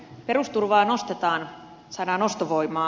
perusturvaa nostetaan saadaan ostovoimaa